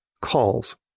calls